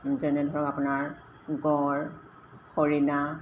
যেনে ধৰক আপোনাৰ গড় হৰিণা